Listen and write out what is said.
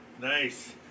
nice